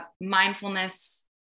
Mindfulness